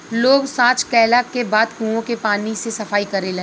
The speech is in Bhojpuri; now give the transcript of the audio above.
लोग सॉच कैला के बाद कुओं के पानी से सफाई करेलन